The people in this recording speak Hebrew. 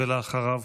ואחריו,